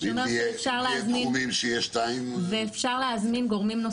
שאומר שאפשר להזמין --- ואם יהיו גורמים שיהיו שניים?